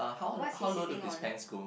what's he sitting on